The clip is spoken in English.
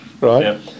right